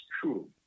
true